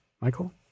Michael